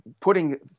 putting